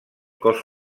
cos